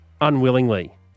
unwillingly